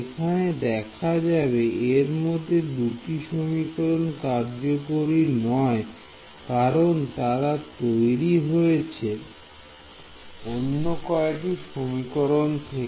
সেখানে দেখা যাবে এরমধ্যে দুটি সমীকরণ কার্যকরী নয় কারণ তারা তৈরি হয়েছে অন্য কয়েকটি সমীকরণ থেকে